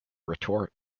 retort